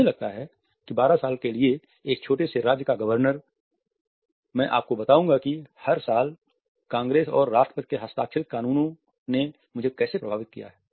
मुझे लगता है कि 12 साल के लिए एक छोटे से राज्य का गवर्नर मैं आपको बताऊंगा कि हर साल कांग्रेस और राष्ट्रपति के हस्ताक्षरित कानूनों ने मुझे कैसे प्रभावित किया है